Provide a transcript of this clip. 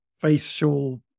facial